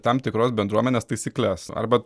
tam tikros bendruomenės taisykles arba